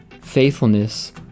faithfulness